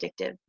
addictive